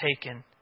taken